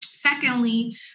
Secondly